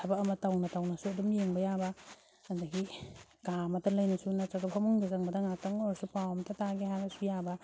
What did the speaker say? ꯊꯕꯛ ꯑꯃ ꯇꯧꯅ ꯇꯧꯅꯁꯨ ꯑꯗꯨꯝ ꯌꯦꯡꯕ ꯌꯥꯕ ꯑꯗꯒꯤ ꯀꯥ ꯑꯃꯗ ꯂꯩꯅꯁꯨ ꯅꯠꯇ꯭ꯔꯒ ꯐꯃꯨꯡꯗ ꯆꯪꯕꯗ ꯉꯥꯏꯍꯥꯛꯇꯪ ꯑꯣꯏꯔꯁꯨ ꯄꯥꯎ ꯑꯃꯇ ꯇꯥꯒꯦ ꯍꯥꯏꯔꯁꯨ ꯌꯥꯕ